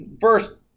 First